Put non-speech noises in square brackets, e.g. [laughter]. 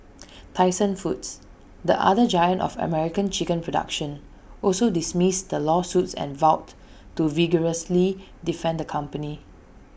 [noise] Tyson foods the other giant of American chicken production also dismissed the lawsuits and vowed to vigorously defend the company